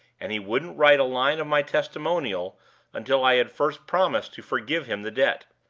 and he wouldn't write a line of my testimonial until i had first promised to forgive him the debt.